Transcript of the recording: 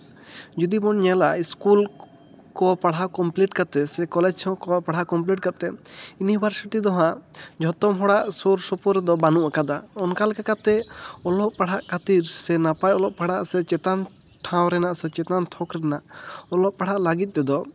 ᱡᱩᱫᱤ ᱵᱚᱱ ᱧᱮᱞᱟ ᱤᱥᱠᱩᱞ ᱠᱚ ᱯᱟᱲᱦᱟᱣ ᱠᱚᱢᱯᱞᱤᱴ ᱠᱟᱛᱮᱫ ᱥᱮ ᱠᱚᱞᱮᱡᱽ ᱦᱚᱸ ᱯᱟᱲᱦᱟᱣ ᱠᱚᱢᱯᱞᱤᱴ ᱠᱟᱛᱮᱫ ᱤᱭᱩᱱᱤᱵᱷᱟᱨᱥᱤᱴᱤ ᱫᱚ ᱦᱟᱸᱜ ᱡᱚᱛᱚ ᱦᱚᱲᱟᱜ ᱥᱩᱨᱼᱥᱩᱯᱩᱨ ᱨᱮᱫᱚ ᱵᱟᱹᱱᱩᱜ ᱟᱠᱟᱫᱟ ᱚᱱᱠᱟ ᱞᱮᱠᱟ ᱠᱟᱛᱮᱫ ᱚᱞᱚᱜ ᱯᱟᱲᱦᱟᱜ ᱠᱷᱟᱹᱛᱤᱨ ᱥᱮ ᱱᱟᱯᱟᱭ ᱚᱞᱚᱜ ᱯᱟᱲᱦᱟᱜ ᱥᱮ ᱪᱮᱛᱟᱱ ᱴᱷᱟᱶ ᱨᱮᱱᱟᱜ ᱥᱮ ᱪᱮᱛᱟᱱ ᱛᱷᱚᱠ ᱨᱮᱱᱟᱜ ᱚᱞᱚᱜ ᱯᱟᱲᱦᱟᱜ ᱞᱟᱹᱜᱤᱫ ᱛᱮᱫᱚ